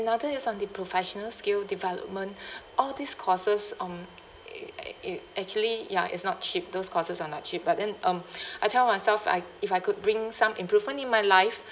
another is on the professional skill development all these courses um e~ I e~ actually ya it's not cheap those courses are not cheap but then um I tell myself I if I could bring some improvement in my life